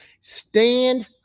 Stand